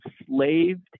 enslaved